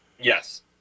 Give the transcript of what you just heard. Yes